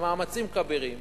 במאמצים כבירים,